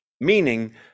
meaning